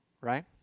right